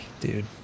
dude